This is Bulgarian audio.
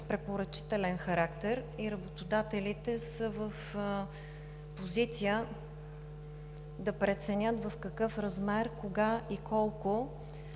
препоръчителен характер и работодателите са в позиция да преценят в какъв размер, кога и колко